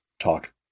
talk